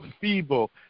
feeble